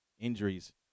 injuries